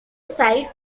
side